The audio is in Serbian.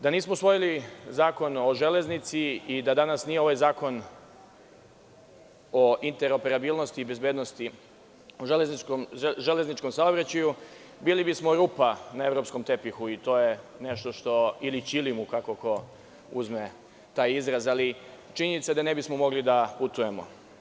Da nismo usvojili Zakon o železnici i da danas nije ovaj zakon o interoperabilnosti i bezbednosti u železničkom saobraćaju bili bi smo rupa na evropskom tepihu ili ćilim, ali činjenica je da ne bismo mogli da putujemo.